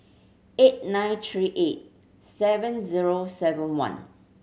eight nine three eight seven zero seven one